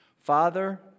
Father